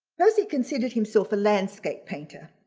percy considered himself a landscape painter.